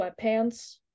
sweatpants